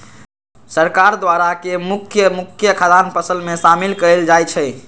सरकार द्वारा के मुख्य मुख्य खाद्यान्न फसल में शामिल कएल जाइ छइ